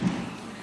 התקציביות שעבר לא